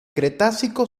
cretácico